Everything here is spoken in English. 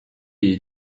you